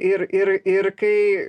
ir ir ir kai